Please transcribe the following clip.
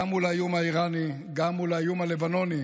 גם מול האיום האיראני, גם מול האיום הלבנוני.